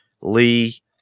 Lee